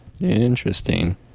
Interesting